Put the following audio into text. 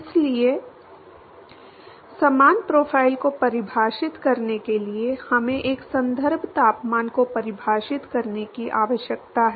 इसलिए समान प्रोफ़ाइल को परिभाषित करने के लिए हमें एक संदर्भ तापमान को परिभाषित करने की आवश्यकता है